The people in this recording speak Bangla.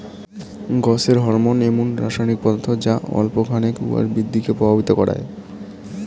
গছের হরমোন এমুন রাসায়নিক পদার্থ যা অল্প খানেক উয়ার বৃদ্ধিক প্রভাবিত করায়